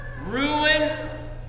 ruin